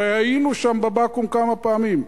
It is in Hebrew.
הרי היינו שם בבקו"ם כמה פעמים.